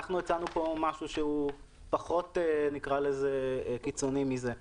אנחנו הצענו פה משהו שהוא פחות קיצוני מזה.